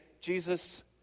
Jesus